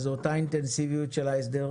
אז זו אותה אינטנסיביות של ההסדרים,